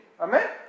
Amen